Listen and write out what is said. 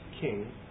king